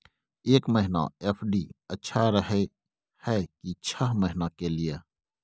एक महीना एफ.डी अच्छा रहय हय की छः महीना के लिए?